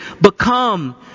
become